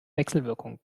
wechselwirkung